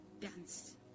dance